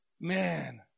Man